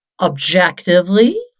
objectively